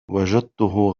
وجدته